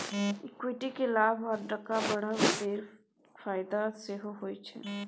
equity केँ लाभ आ टका बढ़ब केर फाएदा सेहो होइ छै